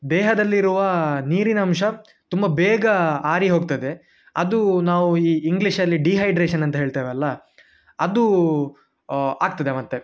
ದೇಹದಲ್ಲಿರುವ ನೀರಿನಂಶ ತುಂಬ ಬೇಗ ಆರಿ ಹೋಗ್ತದೆ ಅದು ನಾವು ಈ ಇಂಗ್ಲೀಷಲ್ಲಿ ಡಿಹೈಡ್ರೇಷನ್ ಅಂತ ಹೇಳ್ತೇವಲ್ಲಾ ಅದು ಆಗ್ತದೆ ಮತ್ತು